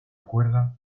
cuerda